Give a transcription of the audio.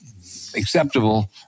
acceptable